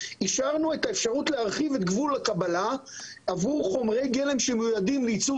האפשרות להרחיב את גבול הקבלה עבור חומרי גלם שמיועדים לייצור